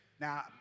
now